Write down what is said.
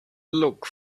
look